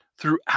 throughout